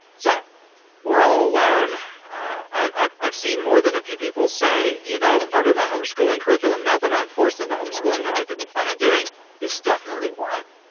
so we're all alone, i've i've seen more than a few people say you know part of my homeschooling curriculum now that i'm forced into homeschooling that i didn't plan on doing is definitely wine.